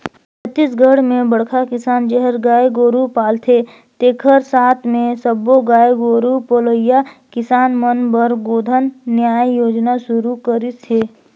छत्तीसगढ़ में बड़खा किसान जेहर गाय गोरू पालथे तेखर साथ मे सब्बो गाय गोरू पलइया किसान मन बर गोधन न्याय योजना सुरू करिस हे